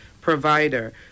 provider